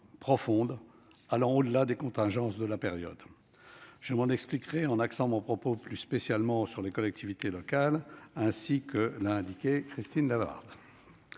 profonde, allant au-delà des contingences de la période. Je m'en expliquerai en axant mon propos plus spécialement sur les collectivités territoriales, ainsi que l'a indiqué Christine Lavarde.